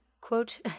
quote